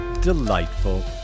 Delightful